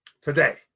today